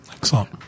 Excellent